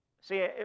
See